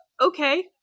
Okay